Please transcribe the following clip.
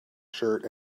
shirt